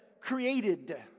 created